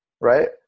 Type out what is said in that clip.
right